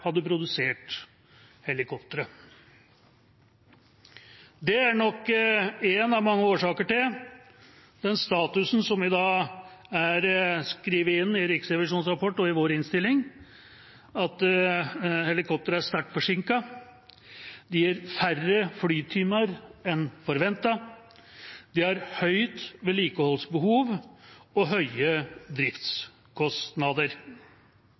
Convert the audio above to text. hadde produsert helikoptre. Det er nok en av mange årsaker til den statusen som er beskrevet i Riksrevisjonens rapport og i vår innstilling: at helikoptrene er sterkt forsinket, de gir færre flytimer enn forventet, og de har høyt vedlikeholdsbehov og høye driftskostnader.